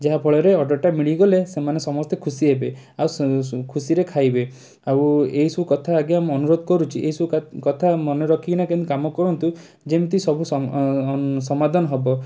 ଯାହାଫଳରେ ଅର୍ଡ଼ରଟା ମିଳିଗଲେ ସେମାନେ ସମସ୍ତେ ଖୁସି ହେବେ ଆଉ ଖୁସିରେ ଖାଇବେ ଆଉ ଏଇସବୁ କଥା ଆଜ୍ଞା ମୁଁ ଅନୁରୋଧ କରୁଛି ଏଇସବୁ କଥା ମନେରଖିକି ନା କେମିତି କାମ କରନ୍ତୁ ଯେମିତି ସବୁ ସମାଧାନ ହବ